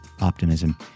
Optimism